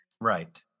Right